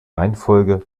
reihenfolge